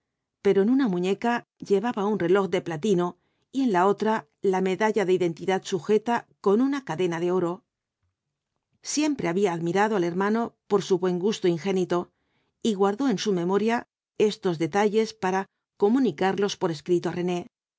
pero en una muñeca llevaba un reloj de platino y en la otra la medalla de identidad sujeta con una cadena de oro siempre había admirado al hermano por su buen gusto ingénito y guardó en su memoria estos detalles pard comunicarlos por escrito á rene